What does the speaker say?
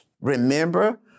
Remember